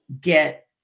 get